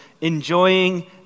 Enjoying